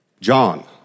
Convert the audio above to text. John